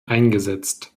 eingesetzt